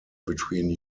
between